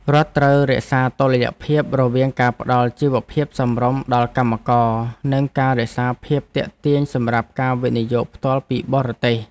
រដ្ឋត្រូវរក្សាតុល្យភាពរវាងការផ្តល់ជីវភាពសមរម្យដល់កម្មករ និងការរក្សាភាពទាក់ទាញសម្រាប់ការវិនិយោគផ្ទាល់ពីបរទេស។